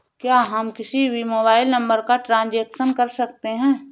क्या हम किसी भी मोबाइल नंबर का ट्रांजेक्शन कर सकते हैं?